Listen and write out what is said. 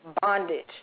bondage